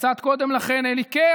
קצת קודם לכן אלי קיי,